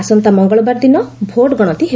ଆସନ୍ତା ମଙ୍ଗଳବାର ଦିନ ଭୋଟ୍ଗଣତି ହେବ